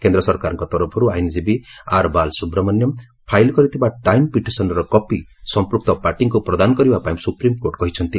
କେନ୍ଦ୍ ସରକାରଙ୍କ ତରଫର୍ ଆଇନ୍ଜୀବୀ ଆର୍ ବାଲ୍ ସୁବ୍ରମଣ୍ୟାନ୍ ଫାଇଲ୍ କରିଥିବା ଟାଇମ୍ ପିଟିସନ୍ର କପି ସଂପୃକ୍ତ ପାର୍ଟିଙ୍କୁ ପ୍ରଦାନ କରିବା ପାଇଁ ସୁପ୍ରିମ୍କୋର୍ଟ କହିଛନ୍ତି